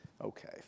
Okay